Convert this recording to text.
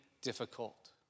difficult